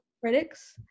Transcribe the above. critics